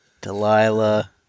Delilah